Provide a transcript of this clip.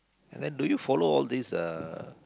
and then do you follow all these uh